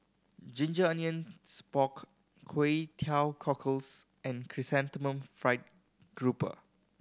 ginger onions pork Kway Teow Cockles and Chrysanthemum Fried Grouper